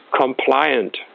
compliant